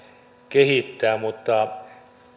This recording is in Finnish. kehittää mutta